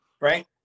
right